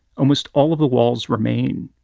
almost all of the walls remain.